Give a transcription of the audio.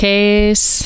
Case